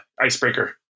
icebreaker